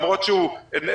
למרות שהוא עובד.